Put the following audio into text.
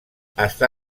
està